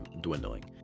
dwindling